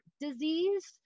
disease